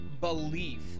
belief